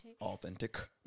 authentic